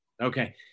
Okay